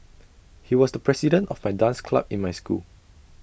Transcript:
he was the president of the dance club in my school